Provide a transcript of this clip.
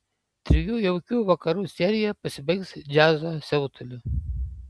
trijų jaukių vakarų serija pasibaigs džiazo siautuliu